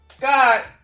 God